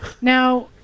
now